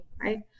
right